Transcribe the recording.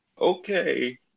okay